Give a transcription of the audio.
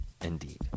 indeed